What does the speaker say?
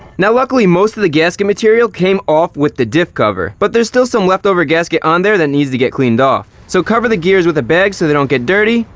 now luckily, most of the gasket material came off with the diff cover. but there's still some leftover gasket on there that needs to get cleaned off. so cover the gears with a bag so they don't get dirty,